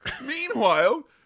Meanwhile